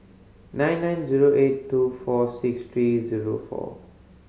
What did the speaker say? nine nine zero eight two four six three zero four